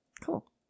Cool